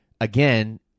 again